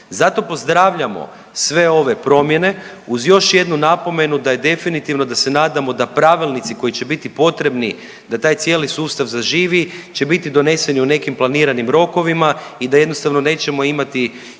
Zato pozdravljamo sve ove promjene uz još jednu napomenu da je definitivno da se nadamo da pravilnici koji će biti potrebni da taj cijeli sustav zaživi će biti doneseni u nekim planiranim rokovima i da jednostavno nećemo imati još jedan